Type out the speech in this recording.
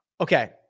okay